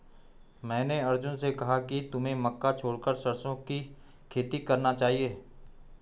मैंने अर्जुन से कहा कि तुम्हें मक्का छोड़कर सरसों की खेती करना चाहिए